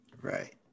Right